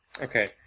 Okay